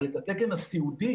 אבל את התקן הסיעודי